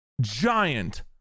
giant